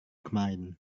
kemarin